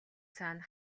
цаана